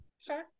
Sure